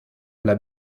l’a